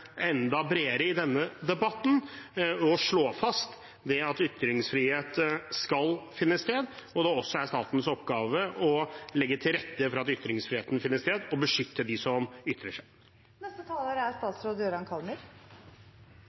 enda bredere kunne slå fast at ytringsfrihet skal finne sted, og at det også er statens oppgave å legge til rette for at ytringsfrihet finner sted og å beskytte dem som ytrer